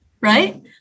right